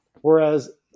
Whereas